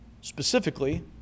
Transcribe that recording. Specifically